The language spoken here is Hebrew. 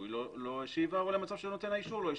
לא השיבה או למצב שנותן האישור לא השיב.